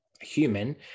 human